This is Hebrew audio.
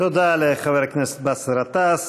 תודה לחבר הכנסת באסל גטאס.